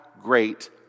great